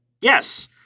Yes